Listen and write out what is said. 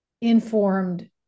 informed